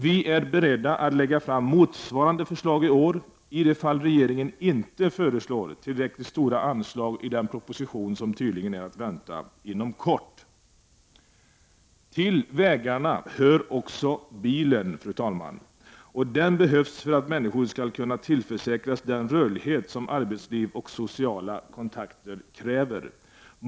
Vi är beredda att lägga fram motsvarande förslag i år, om regeringen inte föreslår tillräckligt stora anslag i den proposition som tydligen är att vänta inom kort. Till vägarna hör också bilen, fru talman. Den behövs för att människor skall kunna tillförsäkras den rörlighet som arbetsliv och sociala kontakter kräver.